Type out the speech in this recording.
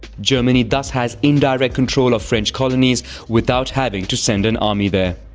germany thus has indirect control of french colonies without having to send an army there.